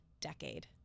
decade